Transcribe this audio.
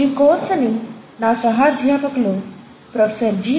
ఈ కోర్సుని నా సహాధ్యాపకులు ప్రొఫెసర్ జి